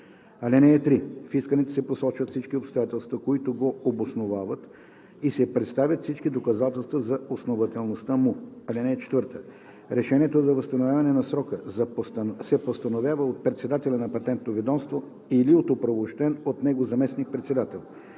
срок. (3) В искането се посочват всички обстоятелства, които го обосновават, и се представят всички доказателства за основателността му. (4) Решението за възстановяване на срока се постановява от председателя на Патентното ведомство или от оправомощен от него заместник-председател.